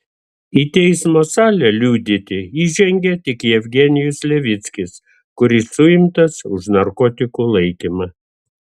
į teismo salę liudyti įžengė tik jevgenijus levickis kuris suimtas už narkotikų laikymą